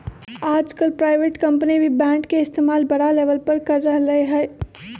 आजकल private company भी bond के इस्तेमाल बड़ा लेवल पर कर रहले है